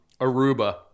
Aruba